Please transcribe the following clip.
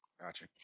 Gotcha